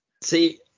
see